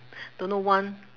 don't know want